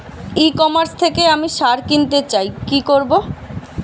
ই commerce থেকে আমি সার কিনতে চাই কি করব?